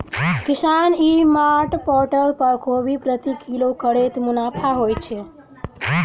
किसान e mart portal पर कोबी प्रति किलो कतै मुनाफा होइ छै?